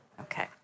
Okay